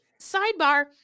sidebar